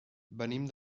venim